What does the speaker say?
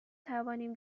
توانیم